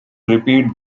repeat